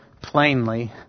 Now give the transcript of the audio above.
plainly